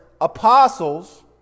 apostles